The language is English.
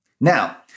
Now